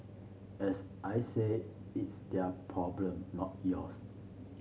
as I said it's their problem not yours